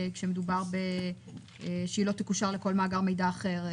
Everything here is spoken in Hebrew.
כשמדובר על כך שהיא "לא תקושר לכל מאגר מידע אחר"